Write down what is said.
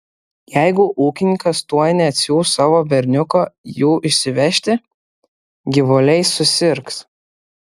jeigu ūkininkas tuoj neatsiųs savo berniuko jų išsivežti gyvuliai susirgs